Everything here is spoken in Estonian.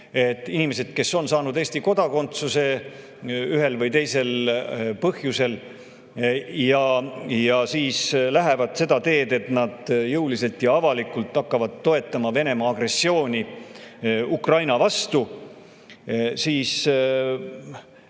inimesed, kes on saanud Eesti kodakondsuse ühel või teisel põhjusel, lähevad seda teed, et nad jõuliselt ja avalikult hakkavad toetama Venemaa agressiooni Ukraina vastu, siis